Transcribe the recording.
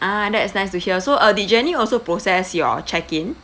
ah that's nice to hear so uh did jenny also process your check-in